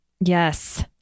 Yes